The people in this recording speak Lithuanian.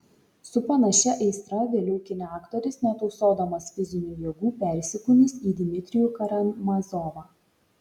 su panašia aistra vėliau kine aktorius netausodamas fizinių jėgų persikūnys į dmitrijų karamazovą